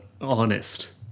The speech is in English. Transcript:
honest